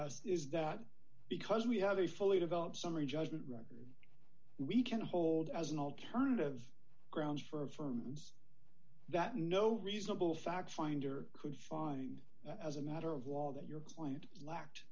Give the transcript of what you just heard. us is that because we have a fully developed summary judgment record we can hold as an alternative grounds for firms that no reasonable fact finder could find as a matter of law that your client has lacked